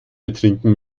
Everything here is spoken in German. betrinken